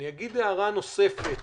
אני אגיד הערה נוספת